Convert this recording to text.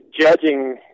judging